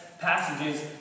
passages